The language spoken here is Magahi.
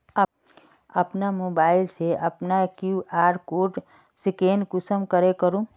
अपना मोबाईल से अपना कियु.आर कोड स्कैन कुंसम करे करूम?